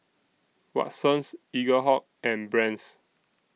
Watsons Eaglehawk and Brand's